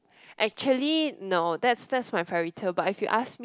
actually no that's that's my fairy tale but if you ask me